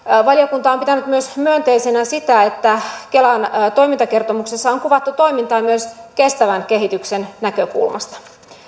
valiokunta on pitänyt myönteisenä myös sitä että kelan toimintakertomuksessa on kuvattu toimintaa myös kestävän kehityksen näkökulmasta